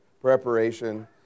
preparation